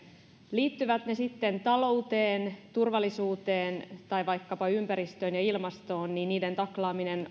liittyvät ne sitten talouteen turvallisuuteen tai vaikkapa ympäristöön ja ilmastoon niiden taklaaminen